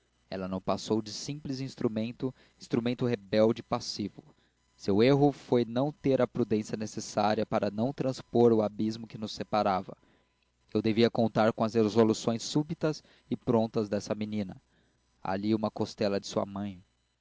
ela não passou de simples instrumento instrumento rebelde e passivo seu erro foi não ter a prudência necessária para não transpor o abismo que nos separava eu devia contar com as resoluções súbitas e prontas dessa menina há ali uma costela de sua mãe